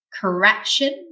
correction